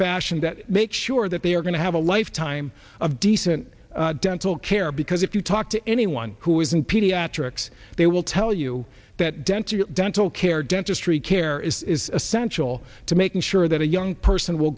fashion that make sure that they are going to have a lifetime of decent dental care because if you talk to anyone who is in pediatrics they will tell you that dental dental care dentistry care is essential to making sure that a young person will